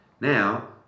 Now